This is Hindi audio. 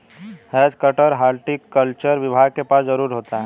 हैज कटर हॉर्टिकल्चर विभाग के पास जरूर होता है